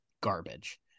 garbage